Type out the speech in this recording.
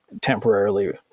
temporarily